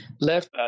left